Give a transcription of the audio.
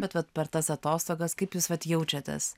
bet vat per tas atostogas kaip jūs vat jaučiatės